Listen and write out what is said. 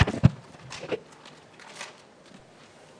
ואני חושבת שאין לך ספק בגדולה של הרב בקשי דורון,